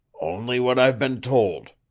only what i've been told,